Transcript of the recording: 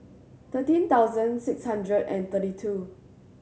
thirteen thousand six hundred and thirty two